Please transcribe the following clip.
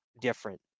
different